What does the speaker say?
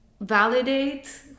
validate